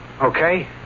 Okay